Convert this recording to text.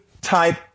type